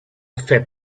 fait